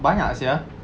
banyak sia